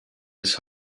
his